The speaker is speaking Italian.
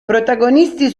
protagonisti